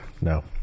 No